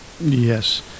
Yes